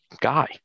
guy